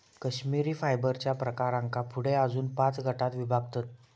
कश्मिरी फायबरच्या प्रकारांका पुढे अजून पाच गटांत विभागतत